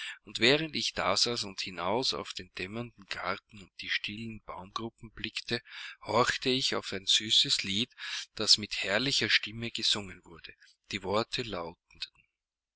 und während ich dasaß und hinaus auf den dämmernden garten und die stillen baumgruppen blickte horchte ich auf ein süßes lied das mit herrlicher stimme gesungen wurde die worte lauteten